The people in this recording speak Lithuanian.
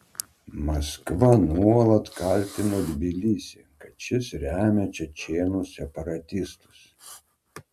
maskva nuolat kaltino tbilisį kad šis remia čečėnų separatistus